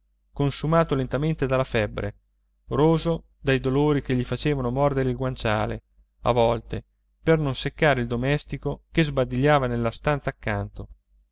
consumato lentamente dalla febbre roso dai dolori che gli facevano mordere il guanciale a volte per non seccare il domestico che sbadigliava nella stanza accanto